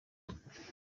mutwe